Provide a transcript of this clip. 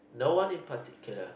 no one in particular